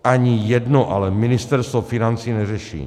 Ani jedno ale Ministerstvo financí neřeší.